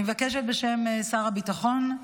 בשם שר הביטחון,